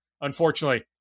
Unfortunately